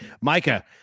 Micah